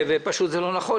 פשוט זה לא נכון.